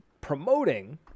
promoting